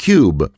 Cube